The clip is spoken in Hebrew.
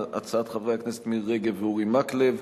הצעת חברי הכנסת מירי רגב ואורי מקלב,